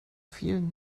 vielen